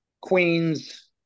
Queens